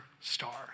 star